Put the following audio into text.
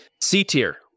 C-tier